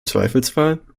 zweifelsfall